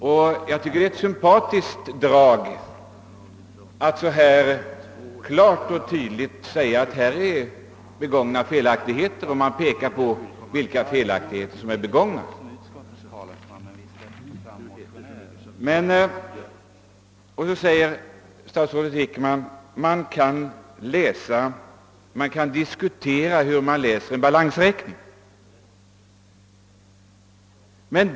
Det är ett sympatiskt drag att så klart och tydligt säga att fel har begåtts och att ange vilka fel som gjorts. Statsrådet Wickman säger att det kan diskuteras hur man läser en balansräkning.